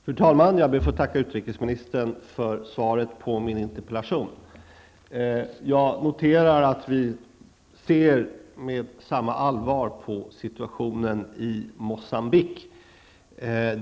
Fru talman! Jag ber att få tacka utrikesministern för svaret på min interpellation. Jag noterar att vi ser med samma allvar på situationen i Moçambique.